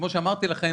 כמו שאמרתי לכם,